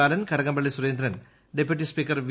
ബാലൻ കടകംപള്ളിസുരേന്ദ്രൻ ഡപ്യൂട്ടിസ്പീക്കർവി